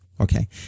Okay